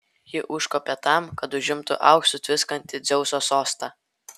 ji užkopė tam kad užimtų auksu tviskantį dzeuso sostą